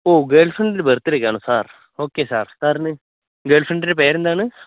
ഓ ഗേള്ഫ്രണ്ടിന്റെ ബര്ത്ത്ഡേയ്ക്ക് ആണോ സാര് ഓക്കേ സാര് സാറിന് ഗേള്ഫ്രണ്ടിന്റെ പേര് എന്താണ്